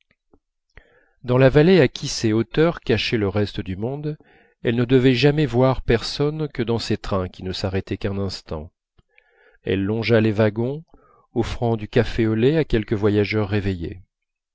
dans la vallée à qui ces hauteurs cachaient le reste du monde elle ne devait jamais voir personne que dans ces trains qui ne s'arrêtaient qu'un instant elle longea les wagons offrant du café au lait à quelques voyageurs réveillés